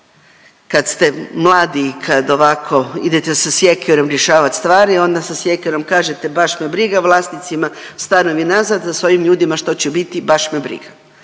kad ste mladi i kad ovako idete sa sjekirom rješavat stvari onda sa sjekirom kažete baš me briga, vlasnicima stanovi nazad, a s ovim ljudima što će biti baš me briga.